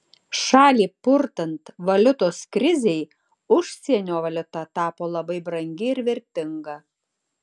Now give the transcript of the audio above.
šalį purtant valiutos krizei užsienio valiuta tapo labai brangi ir vertinga